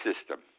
system